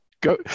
go